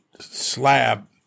slab